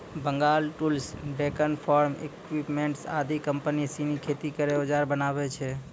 Bengal tools, Deccan farm equipments आदि company सिनी खेती केरो औजार बनावै छै